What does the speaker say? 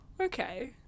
okay